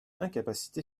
incapacité